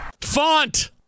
Font